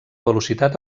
velocitat